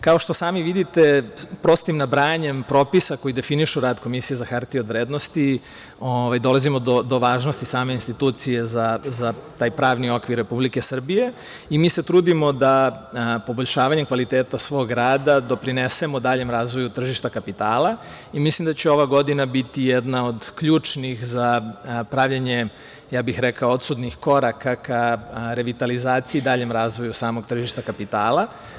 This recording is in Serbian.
Kao što sami vidite, prostim nabrajanjem propisa koji definišu rad Komisije za hartije od vrednosti dolazimo do važnosti same institucije za taj pravni okvir Republike Srbije i mi se trudimo da poboljšavanjem kvaliteta svog rada doprinesemo daljem razvoju tržišta kapitala i mislim da će ova godina biti jedna od ključnih za pravljenje, ja bih rekao, odsutnih koraka ka revitalizaciji i daljem razvoju samog tržišta kapitala.